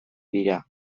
dira